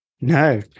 No